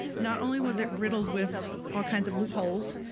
not only was it riddled with all kinds of loopholes,